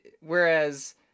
whereas